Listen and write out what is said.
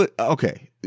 okay